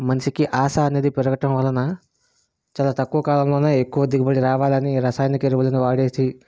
మనిషికి ఆశ అనేది పెరగటం వలన చాలా తక్కువ కాలంలోనే ఎక్కువ దిగుబడి రావాలని రసాయనిక ఎరువులను వాడేసి